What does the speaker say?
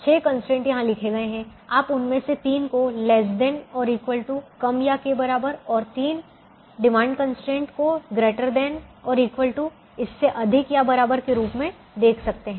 6 constraint यहां लिखे गए हैं आप उनमें से तीन को ≤ कम या के बराबर और अन्य तीन डिमांड कंस्ट्रेंट को ≥ इससे अधिक या बराबर के रूप में देख सकते हैं